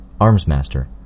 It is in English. Armsmaster